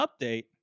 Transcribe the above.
update